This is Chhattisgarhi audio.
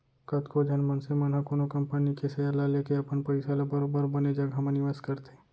कतको झन मनसे मन ह कोनो कंपनी के सेयर ल लेके अपन पइसा ल बरोबर बने जघा म निवेस करथे